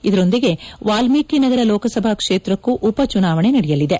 ಇದರೊಂದಿಗೆ ವಾಲ್ಮೀಕಿ ನಗರ ಲೋಕಸಭಾ ಕ್ಷೇತ್ರಕ್ಷೆ ಉಪಚುನಾವಣೆ ನಡೆಯಲಿದೆ